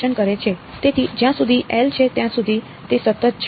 તેથી જ્યાં સુધી L છે ત્યાં સુધી તે સતત છે